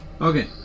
Okay